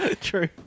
True